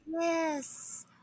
Yes